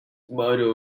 model